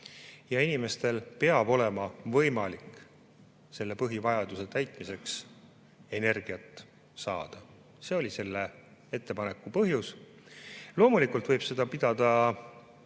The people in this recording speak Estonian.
ja inimestel peab olema võimalik selle põhivajaduse täitmiseks energiat saada. See oli selle ettepaneku põhjus. Loomulikult peavad